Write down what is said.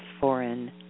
foreign